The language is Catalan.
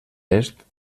est